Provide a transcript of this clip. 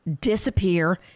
disappear